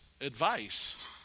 advice